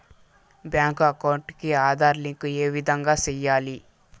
Bank account కి Aadhaar link ఏ విధంగా సెయ్యాలి?